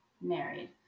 married